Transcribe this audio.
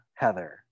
heather